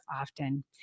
often